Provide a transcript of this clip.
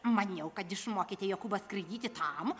maniau kad išmokėte jokūbą skraidyti tam